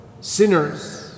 sinners